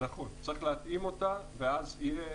ו' באב,